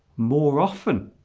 more often